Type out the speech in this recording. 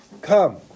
Come